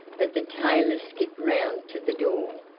but the tailor skipped round to the door,